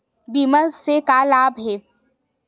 बीमा से का लाभ हे?